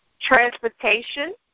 Transportation